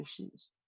issues